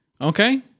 Okay